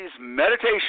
Meditation